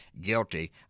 guilty